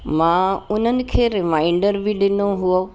मां उन्हनि खे रिमाइंडर बि ॾिनो हुओ